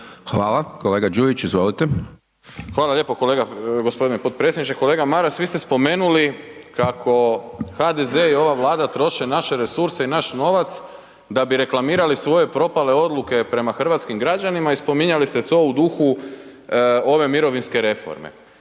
Hvala. Kolega Đujić, izvolite. **Đujić, Saša (SDP)** Hvala lijepa g. potpredsjedniče. Kolega Maras, vi ste spomenuli kako HDZ i ova Vlada troše naše resurse i naš novac da bi reklamirali svoje propale odluke prema hrvatskim građanima i spominjali ste to u duhu ove mirovinske reforme.